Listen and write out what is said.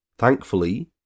Thankfully